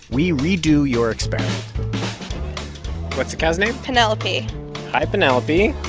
we redo your experiment what's the cow's name? penelope hi, penelope.